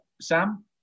Sam